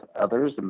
others